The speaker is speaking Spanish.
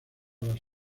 las